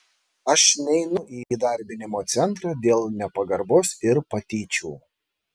aš neinu į įdarbinimo centrą dėl nepagarbos ir patyčių